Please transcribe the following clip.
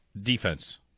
Defense